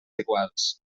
iguals